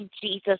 Jesus